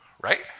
right